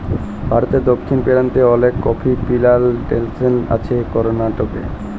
ভারতে দক্ষিণ পেরান্তে অলেক কফি পিলানটেসন আছে করনাটকে